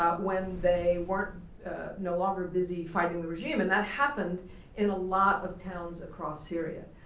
ah when they were no longer busy fighting the regime. and that happened in a lot of towns across syria.